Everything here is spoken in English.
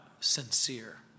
sincere